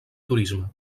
turisme